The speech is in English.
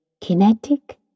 kinetic